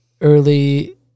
early